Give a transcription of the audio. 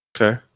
Okay